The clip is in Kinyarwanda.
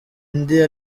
indi